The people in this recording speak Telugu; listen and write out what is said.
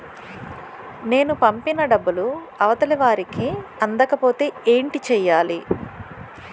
నేను పంపిన డబ్బులు అవతల వారికి అందకపోతే ఏంటి చెయ్యాలి?